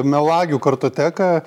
melagių kartoteką